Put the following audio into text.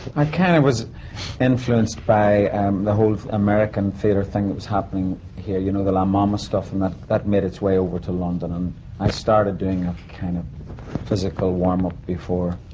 i kind of was influenced by the whole american theatre thing that was happening here. you know, the la mama stuff, and that. that made its way over to london. and i started doing a kind of physical warmup before.